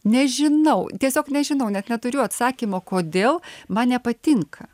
nežinau tiesiog nežinau net neturiu atsakymo kodėl man nepatinka